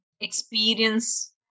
experience